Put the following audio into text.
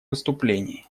выступлении